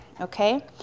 okay